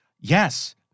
yes